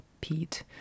Pete